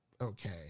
okay